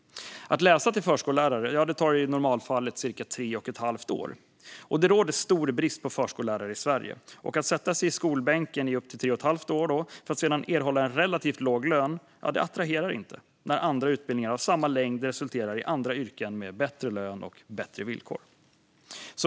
Att läsa till förskollärare tar i normalfallet cirka tre och ett halvt år. Det råder stor brist på förskollärare i Sverige. Att sätta sig i skolbänken i upp till tre och ett halvt år för att sedan erhålla en relativt låg lön attraherar inte när andra utbildningar av samma längd resulterar i andra yrken med bättre lön och bättre villkor.